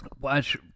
Watch